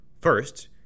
first